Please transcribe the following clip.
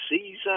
season